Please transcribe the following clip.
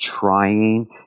trying